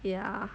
ya